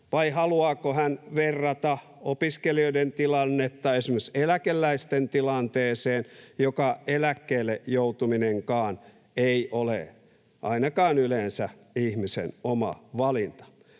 vai haluaako hän verrata opiskelijoiden tilannetta esimerkiksi eläkeläisten tilanteeseen, joka ei ole ainakaan yleensä ihmisen oma valinta?